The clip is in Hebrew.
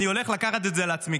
אני הולך לקחת את זה על עצמי,